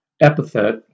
epithet